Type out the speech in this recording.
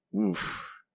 Oof